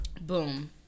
Boom